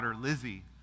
Lizzie